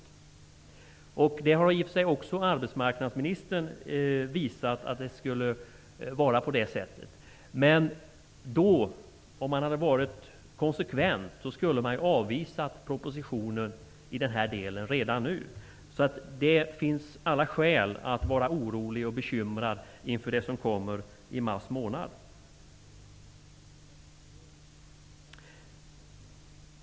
I och för sig har också arbetsmarknadsministern visat att det skulle bli på det sättet. Om man hade varit konsekvent skulle propositionen i den här delen ha avvisats redan nu. Det finns därför alla skäl att vara orolig och bekymrad inför det som kommer i mars månad.